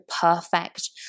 perfect